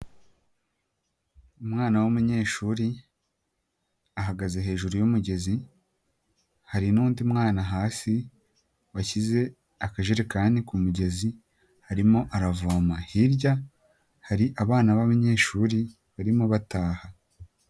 Umwana w'umunyeshuri ahagaze hejuru y' umugezi hari n'undi mwana hasi washyize akajerekani ku mugezi arimo aravoma. Hirya hari abana b'abanyeshuri barimo bataha.